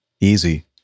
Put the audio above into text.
Easy